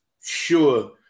sure